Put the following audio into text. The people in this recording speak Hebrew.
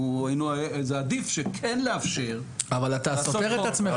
זה עדיף כן לאפשר --- אבל אתה סותר את עצמך,